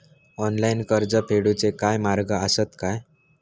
Online कर्ज फेडूचे काय मार्ग आसत काय?